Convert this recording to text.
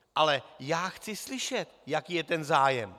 Ale já chci slyšet, jaký je ten zájem.